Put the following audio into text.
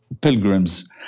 pilgrims